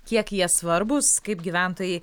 kiek jie svarbūs kaip gyventojai